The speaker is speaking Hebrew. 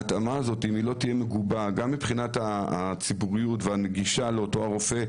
היא צריכה להיות מגובה גם מבחינת הציבוריות והנגישות לאותו רופא,